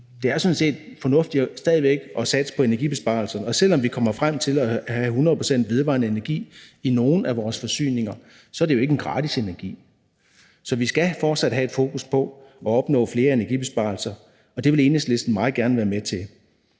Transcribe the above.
stadig fornuftigt at satse på energibesparelser, og selv om vi kommer frem til at have 100 pct. vedvarende energi i nogle af vores forsyninger, er det jo ikke en gratis energi. Så vi skal fortsat have et fokus på at opnå flere energibesparelser – og det vil Enhedslisten meget gerne være med til.